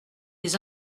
des